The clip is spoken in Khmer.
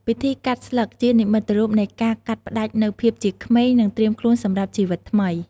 ពិធីកាត់ស្លឹក ជានិមិត្តរូបនៃការកាត់ផ្តាច់នូវភាពជាក្មេង និងត្រៀមខ្លួនសម្រាប់ជីវិតថ្មី។